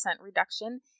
reduction